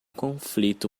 conflito